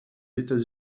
états